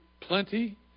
plenty